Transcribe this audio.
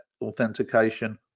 authentication